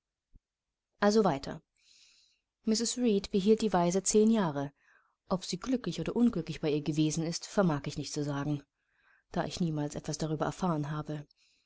also weiter mrs reed behielt die waise zehn jahre ob sie glücklich oder unglücklich bei ihr gewesen vermag ich nicht zu sagen da ich niemals etwas darüber erfahren habe